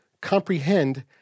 comprehend